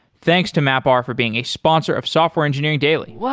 thanks to mapr for being a sponsor of software engineering daily